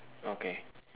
okay